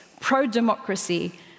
pro-democracy